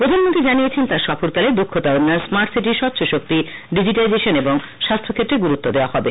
প্রধানমন্ত্রী জানিয়েছেন তাঁর সফরকালে দক্ষতা উন্নয়ন স্মার্ট সিটি স্বচ্ছ শক্তি ডিজিটাইজেশান এবং স্বাস্থ্যক্ষেত্রে গুরুত্ব দেয়া হবে